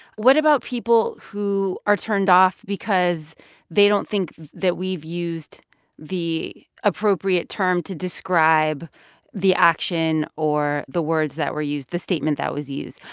what about people who are turned off because they don't think that we've used the appropriate term to describe the action or the words that were used the statement that was used?